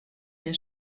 der